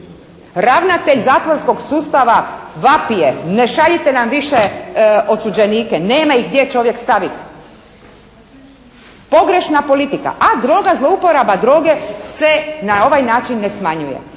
Ravnatelj zatvorskog sustava …, ne šaljite nam više osuđenike, nema ih gdje čovjek staviti. Pogrešna politika, a droga, zlouporaba droge se na ovaj način ne smanjuje.